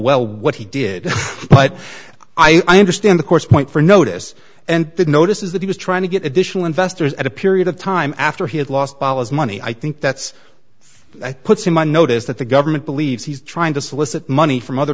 well what he did but i understand the course point for notice and the notice is that he was trying to get additional investors at a period of time after he had lost money i think that's i put him on notice that the government believes he's trying to solicit money from other